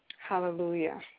Hallelujah